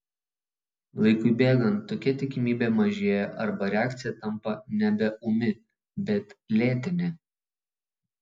laikui bėgant tokia tikimybė mažėja arba reakcija tampa nebe ūmi bet lėtinė